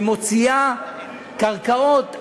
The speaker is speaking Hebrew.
ומוציאה קרקעות.